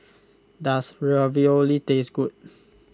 does Ravioli taste good